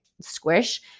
squish